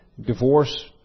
divorce